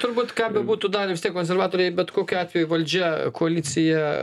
turbūt ką bebūtų darę vis tiek konservatoriai bet kokiu atveju valdžia koalicija